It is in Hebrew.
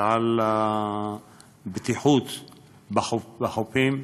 ועל הבטיחות בחופים,